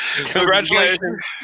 congratulations